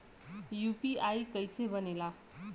UPI कईसे बनेला?